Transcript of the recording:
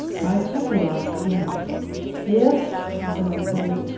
i temporised again if, i said unsteadily,